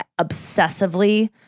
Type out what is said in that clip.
obsessively